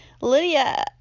Lydia